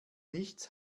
nichts